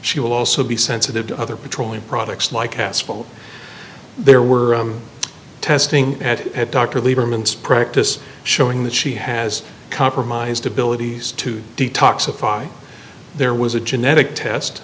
she will also be sensitive to other petroleum products like asphalt there were some testing at dr lieberman's practice showing that she has compromised abilities to detoxify there was a genetic test